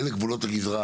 אלה גבולות הגזרה,